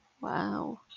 wow